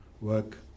work